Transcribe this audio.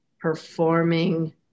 performing